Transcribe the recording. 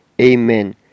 Amen